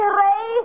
ray